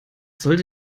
sollte